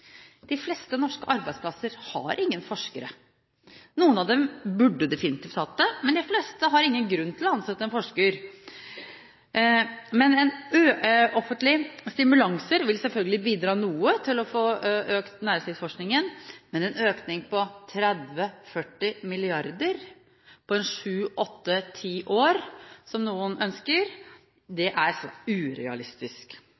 De fleste norske arbeidsplasser har ingen forskere. Noen av dem burde definitivt hatt det, men de fleste har ingen grunn til å ansette en forsker. Offentlige stimulanser vil selvfølgelig bidra noe til å få økt næringslivsforskningen. Men en økning på 30–40 mrd. kr på sju–åtte–ti år, som noen ønsker,